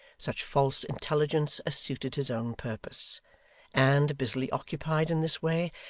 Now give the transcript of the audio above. such false intelligence as suited his own purpose and, busily occupied in this way,